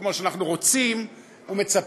כמו שאנחנו רוצים ומצפים,